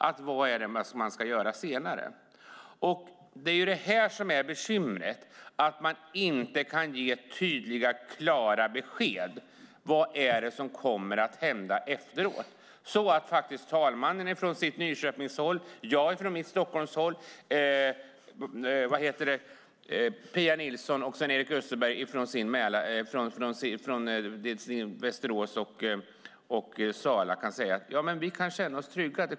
Det är det här som är bekymret: att man inte kan ge tydliga och klara besked om vad som kommer att hända efteråt så att talmannen från Nyköping, jag från Stockholm och Pia Nilsson och Sven-Erik Österberg från Västerås och Sala faktiskt kan känna oss trygga.